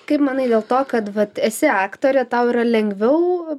kaip manai dėl to kad vat esi aktorė tau yra lengviau